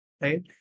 Right